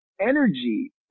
energy